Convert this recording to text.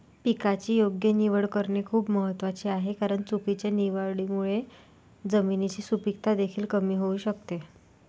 पिकाची योग्य निवड करणे खूप महत्वाचे आहे कारण चुकीच्या निवडीमुळे जमिनीची सुपीकता देखील कमी होऊ शकते